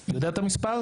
אתה יודע את המספר?